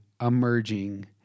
emerging